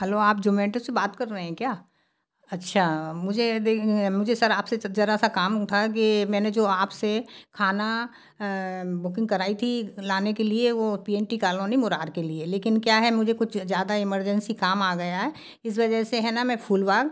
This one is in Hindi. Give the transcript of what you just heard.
हलो आप जोमैटो से बात कर रहे हैं क्या अच्छा मुझे मुझे सर आपसे जरा सा काम था कि मैंने जो आपसे खाना बुकिंग कराई थी लाने के लिए वह P N T colony Murar के लिए लेकिन क्या है मुझे कुछ ज़्यादा इमरजेंसी काम आ गया है इस वजह से है न मैं फुलबाग